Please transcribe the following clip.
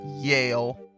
Yale